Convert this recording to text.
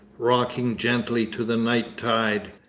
rocking gently to the night tide.